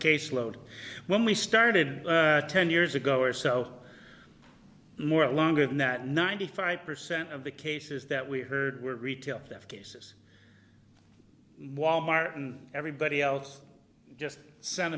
caseload when we started ten years ago or so more longer than that ninety five percent of the cases that we heard were retail theft cases wal mart and everybody else just sen